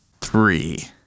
three